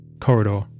corridor